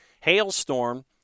Hailstorm